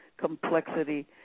Complexity